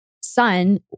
son